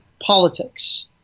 politics